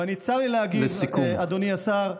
לסיכום.